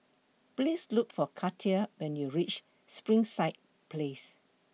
Please Look For Katia when YOU REACH Springside Place